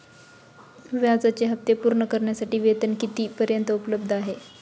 व्याजाचे हप्ते पूर्ण करण्यासाठी वेतन किती पर्यंत उपलब्ध आहे?